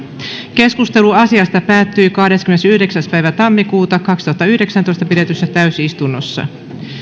keskustelu asiasta päättyi kahdeskymmenesyhdeksäs ensimmäistä kaksituhattayhdeksäntoista pidetyssä täysistunnossa